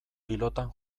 pilotan